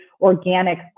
organic